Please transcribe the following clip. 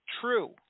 true